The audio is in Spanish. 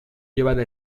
llevada